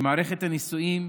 במערכת הנישואין,